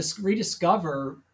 rediscover